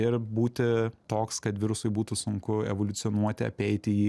ir būti toks kad virusui būtų sunku evoliucionuoti apeiti jį